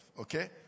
okay